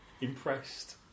Impressed